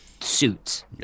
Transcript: suits